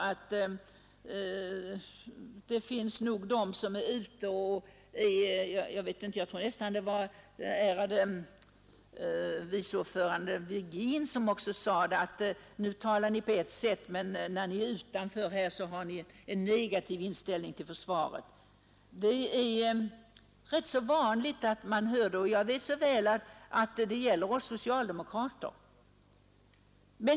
Jag tror det var den ärade vice talmannen Virgin som också sade, att nu talar ni på ert sätt men när ni är utanför Nr 92 det här huset har ni en negativ inställning till försvaret. Det brukar Måndagen den riktas till oss socialdemokrater. Jag är främmande för detta.